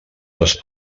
les